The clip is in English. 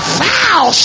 foul